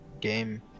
game